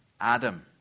Adam